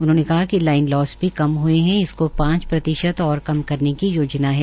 उन्होंने बताया कि लाइन लास भी कम हये है इसकों पांच प्रतिशत ओर कम करने की योजना है